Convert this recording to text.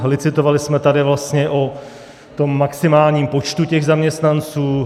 Licitovali jsme tady vlastně o tom maximálním počtu těch zaměstnanců.